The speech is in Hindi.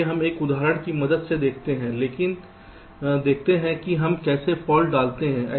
आइए हम एक उदाहरण की मदद से देखते हैं लेकिन देखते हैं कि हम कैसे फाल्ट डालते हैं